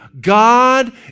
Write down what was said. God